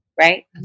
Right